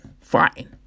fine